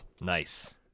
Nice